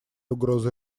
угрозы